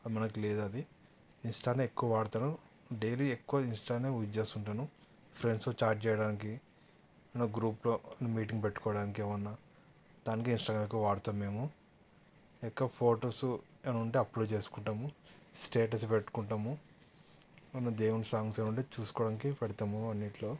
మనకు లేదు అది ఇన్స్టానే ఎక్కువ వాడుతాను డైలీ ఎక్కువ ఇన్స్టానే యూజ్ చేస్తుంటాను ఫ్రెండ్స్తో చాట్ చేయడానికి గ్రూప్లో మీటింగ్ పెట్టుకోవడానికి ఏమైనా దానికి ఇన్స్టాగ్రామ్ ఎక్కువ వాడుతాం మేము ఎక్కువ ఫోటోస్ ఏమైనా ఉంటే అప్లోడ్ చేసుకుంటాము స్టేటస్ పెట్టుకుంటాము ఏమైనా దేవుని సాంగ్స్ ఏమైనా ఉంటే చూసుకోవడానికి పెడతాము అన్నిట్లో